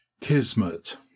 kismet